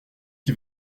qui